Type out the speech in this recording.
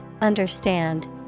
understand